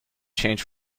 change